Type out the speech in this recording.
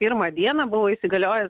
pirmą dieną buvo įsigaliojęs